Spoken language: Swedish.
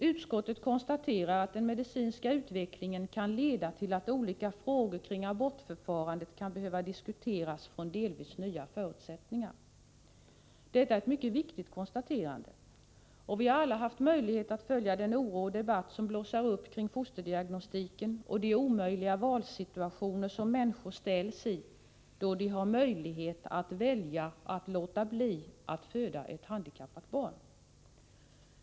Utskottet konstaterar att den medicinska utvecklingen kan leda till att olika frågor kring abortförfarandet kan behöva diskuteras från delvis nya förutsättningar. Detta är ett mycket viktigt konstaterande, och vi har alla haft möjlighet att följa den oro och debatt som blossar upp kring fosterdiagnostiken och de omöjliga valsituationer som människor ställs i då de har möjlighet att välja att låta bli att föda ett handikappat barn.